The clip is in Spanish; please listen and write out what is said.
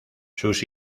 sus